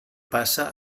passa